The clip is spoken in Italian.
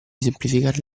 semplificare